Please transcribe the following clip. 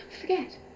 Forget